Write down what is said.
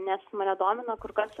nes mane domina kur kas